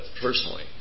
personally